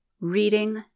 reading